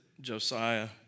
Josiah